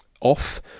off